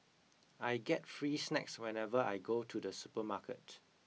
I get free snacks whenever I go to the supermarket